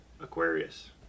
Aquarius